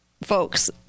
Folks